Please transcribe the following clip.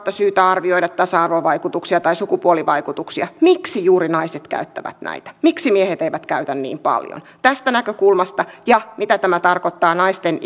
syytä arvioida tasa arvovaikutuksia tai sukupuolivaikutuksia miksi juuri naiset käyttävät näitä miksi miehet eivät käytä niin paljon tästä näkökulmasta ja mitä tämä tarkoittaa naisten